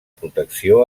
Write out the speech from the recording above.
protecció